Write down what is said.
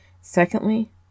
Secondly